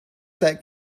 that